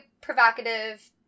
provocative